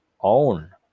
own